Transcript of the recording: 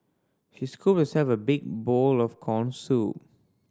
she scooped herself a big bowl of corn soup